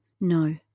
No